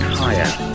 higher